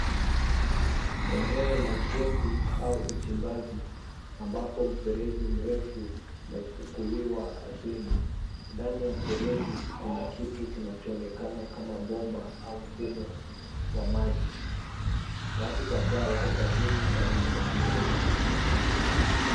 Eneo la ujenzi au uchimbaji ambapo mfereji mrefu umefukuliwa ardhini. Ndani ya mfereji, kuna kitu kinachoonekana kama bomba au mfumo wa maji. Watu kadhaa wako kazini karibu na mfereji.